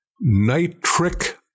nitric